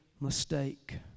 mistake